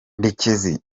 ndekezi